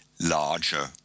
larger